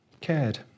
Cared